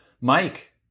Mike